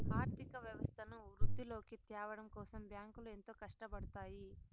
ఆర్థిక వ్యవస్థను వృద్ధిలోకి త్యావడం కోసం బ్యాంకులు ఎంతో కట్టపడుతాయి